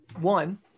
one